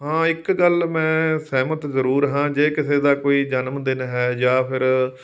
ਹਾਂ ਇੱਕ ਗੱਲ ਮੈਂ ਸਹਿਮਤ ਜ਼ਰੂਰ ਹਾਂ ਜੇ ਕਿਸੇ ਦਾ ਕੋਈ ਜਨਮਦਿਨ ਹੈ ਜਾਂ ਫਿਰ